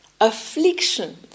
affliction